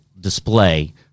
display